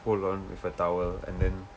hold on with a towel and then